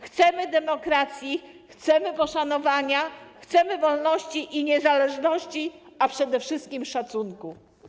Chcemy demokracji, chcemy jej poszanowania, chcemy wolności i niezależności, a przede wszystkim - szacunku.